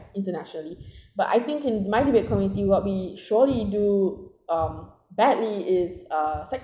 internationally but I think in my debate community what we surely do um badly is uh sex~